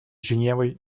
женевой